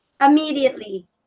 immediately